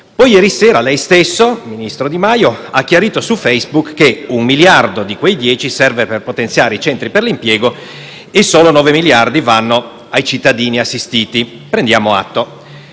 Poi ieri sera, lei stesso, ministro Di Maio, ha chiarito su Facebook che un miliardo, di quei 10 miliardi, serve per potenziare i centri per l'impiego e solo 9 miliardi vanno ai cittadini assistiti. Ne prendiamo atto.